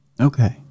Okay